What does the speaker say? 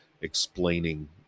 explaining